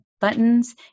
buttons